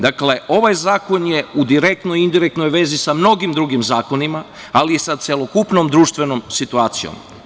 Dakle, ovaj zakon je u direktnoj i indirektnoj vezi sa mnogim drugim zakonima, ali sa celokupnom društvenom situacijom.